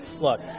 Look